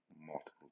multiple